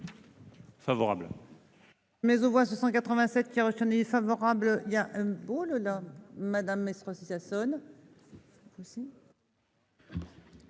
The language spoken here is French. favorable.